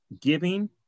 giving